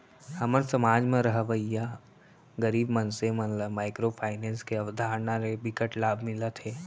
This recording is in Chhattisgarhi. हमर समाज म रहवइया गरीब मनसे मन ल माइक्रो फाइनेंस के अवधारना ले बिकट लाभ मिलत हे